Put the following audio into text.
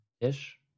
ish